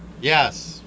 Yes